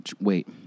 wait